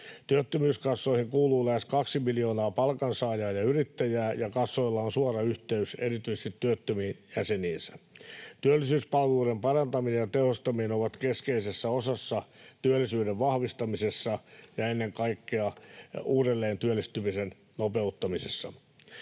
Työttömyyskassoihin kuuluu lähes kaksi miljoonaa palkansaajaa ja yrittäjää, ja kassoilla on suora yhteys erityisesti työttömiin jäseniinsä. Työllisyyspalveluiden parantaminen ja tehostaminen ovat keskeisessä osassa työllisyyden vahvistamisessa ja ennen kaikkea uudelleen työllistymisen nopeuttamisessa.